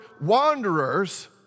wanderers